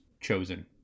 chosen